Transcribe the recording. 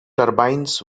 turbines